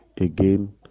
again